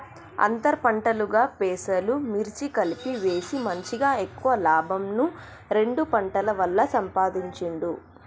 అంతర్ పంటలుగా పెసలు, మిర్చి కలిపి వేసి మంచిగ ఎక్కువ లాభంను రెండు పంటల వల్ల సంపాధించిండు